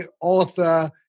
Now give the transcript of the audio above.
author